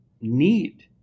need